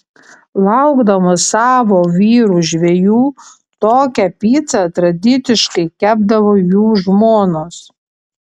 laukdamos savo vyrų žvejų tokią picą tradiciškai kepdavo jų žmonos